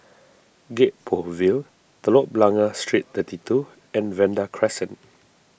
Gek Poh Ville Telok Blangah Street thirty two and Vanda Crescent